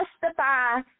justify